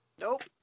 Nope